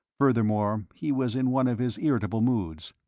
furthermore, he was in one of his irritable moods.